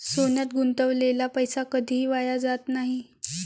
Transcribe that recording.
सोन्यात गुंतवलेला पैसा कधीही वाया जात नाही